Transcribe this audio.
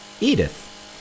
Edith